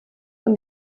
und